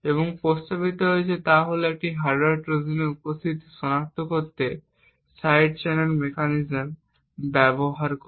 এবং প্রস্তাবিত হয়েছে তা হল একটি হার্ডওয়্যার ট্রোজানের উপস্থিতি সনাক্ত করতে সাইড চ্যানেল মেকানিজম ব্যবহার করা